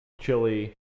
chili